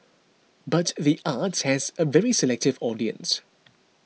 but the arts has a very selective audience